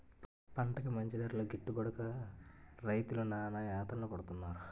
పంటకి మంచి ధరలు గిట్టుబడక రైతులు నానాయాతనలు పడుతున్నారు